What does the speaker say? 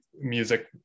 music